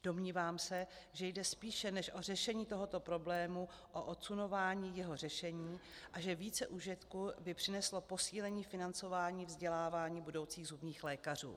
Domnívám se, že jde spíše než o řešení tohoto problému o odsunování jeho řešení a že více užitku by přineslo posílení financování vzdělávání budoucích zubních lékařů.